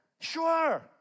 Sure